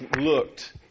looked